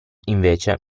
invece